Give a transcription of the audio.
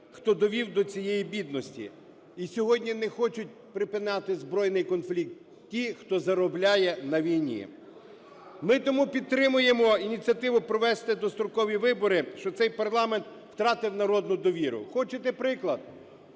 хто довів до цієї бідності. І сьогодні не хочуть припиняти збройний конфлікт ті, хто заробляє на війні. Ми тому підтримуємо ініціативу провести дострокові вибори, що цей парламент втратив народну довіру. Хочете приклад?